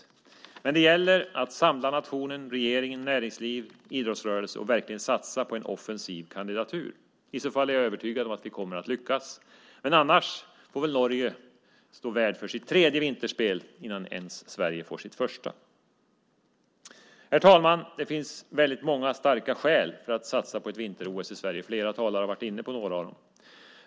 Det gäller att samla nationen - regeringen, näringslivet, idrottsrörelsen - och verkligen satsa på en offensiv kandidatur. I så fall är jag övertygad om att vi kommer att lyckas. Annars får väl Norge stå värd för sitt tredje vinterspel innan Sverige ens fått sitt första. Herr talman! Det finns många starka skäl till att satsa på ett vinter-OS i Sverige. Flera talare har varit inne på några av dem.